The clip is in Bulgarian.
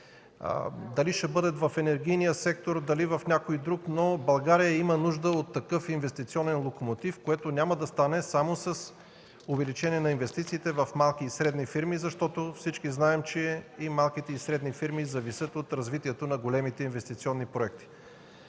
Дали ще бъдат в енергийния сектор, дали в някой друг, но България има нужда от такъв инвестиционен локомотив, което няма да стане само с увеличение на инвестициите в малки и средни фирми. Всички знаем, че и малките, и средните фирми зависят от развитието на големите инвестиционни проекти.